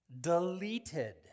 deleted